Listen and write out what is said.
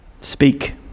speak